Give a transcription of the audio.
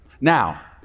Now